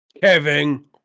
Kevin